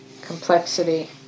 complexity